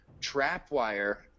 Trapwire